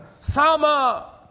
Sama